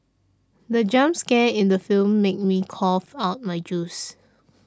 the jump scare in the film made me cough out my juice